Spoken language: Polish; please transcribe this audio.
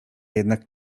jednak